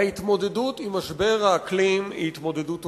ההתמודדות עם משבר האקלים היא התמודדות עולמית,